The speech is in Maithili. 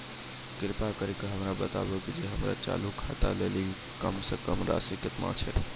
कृपा करि के हमरा बताबो जे हमरो चालू खाता लेली कम से कम राशि केतना छै?